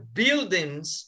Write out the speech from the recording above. buildings